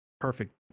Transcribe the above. perfect